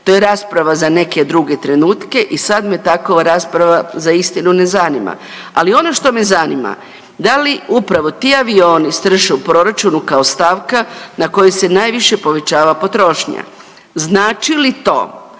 To je rasprava za neke druge trenutke i sad me takva rasprava za istinu ne zanima. Ali ono što me zanima da li upravo ti avioni strše u proračunu kao stavka na kojoj se najviše povećava potrošnja? Znači li to